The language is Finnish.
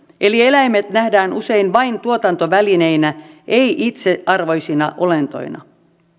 eli eläimet nähdään usein vain tuotantovälineinä ei itsearvoisina olentoina